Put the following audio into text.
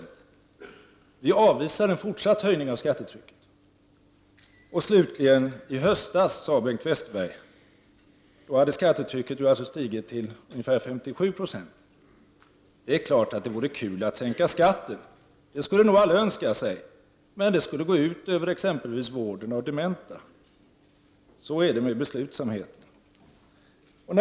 Då sade man: Vi avvisar en fortsatt höjning av skattetrycket. I höstas slutligen, då skattetrycket hade stigit till ungefär 57 20, sade Bengt Westerberg: Det är klart att det vore kul att sänka skatten. Det skulle nog alla önska sig, men det skulle gå ut över exempelvis vården av dementa. Så är det med beslutsamheten.